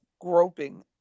groping